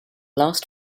last